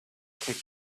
take